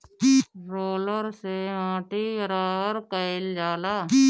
roller से माटी बराबर कइल जाला